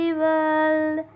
world